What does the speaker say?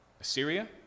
Assyria